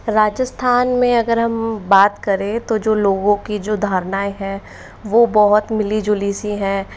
राजस्थान में अगर हम बात करें तो जो लोगों की जो धारणाएँ हैं वो बहुत मिली जुली सी हैं